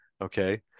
Okay